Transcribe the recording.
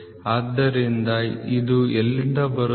ಆದ್ದರಿಂದ ಇದು ಎಲ್ಲಿಂದ ಬರುತ್ತಿದೆ